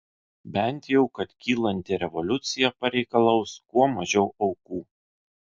bent jau kad kylanti revoliucija pareikalaus kuo mažiau aukų